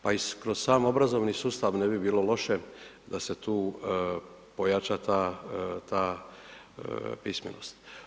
Pa i kroz sam obrazovni sustav ne bi bilo loše da se tu pojača ta pismenost.